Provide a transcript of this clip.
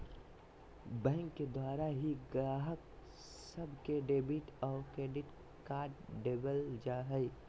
bank के द्वारा ही गाहक सब के डेबिट और क्रेडिट कार्ड देवल जा हय